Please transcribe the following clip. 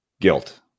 guilt